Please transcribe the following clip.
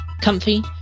Comfy